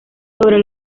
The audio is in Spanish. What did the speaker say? sobre